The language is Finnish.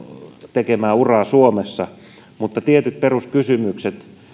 tekemään uraa suomessa mutta tietyt peruskysymykset